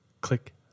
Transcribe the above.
click